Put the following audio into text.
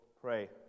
pray